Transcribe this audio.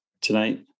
tonight